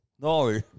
No